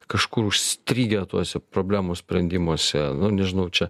kažkur užstrigę tuose problemų sprendimuose na nežinau čia